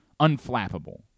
unflappable